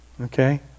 okay